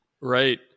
Right